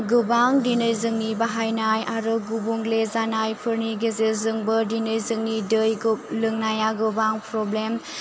गोबां दिनै जोंनि बाहायनाय आरो गुबुंले जानायफोरनि गेजेरजोंबो दिनै जोंनि दैगौ लोंनाया गोबां प्रब्लेम